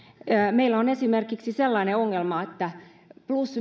meillä on esimerkiksi sellainen ongelma että viisikymmentäviisi plus